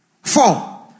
Four